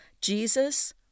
Jesus